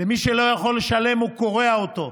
מי שלא יכול לשלם הוא קורע אותו.